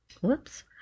whoops